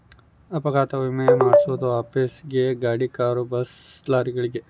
ಅಪಘಾತ ವಿಮೆ ಮಾದ್ಸೊದು ಆಫೀಸ್ ಗೇ ಗಾಡಿ ಕಾರು ಬಸ್ ಲಾರಿಗಳಿಗೆ